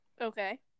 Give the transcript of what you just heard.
Okay